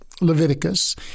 Leviticus